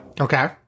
Okay